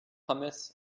hummus